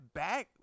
back